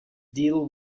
deal